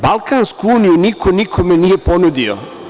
Balkansku uniju niko nikome nije ponudio.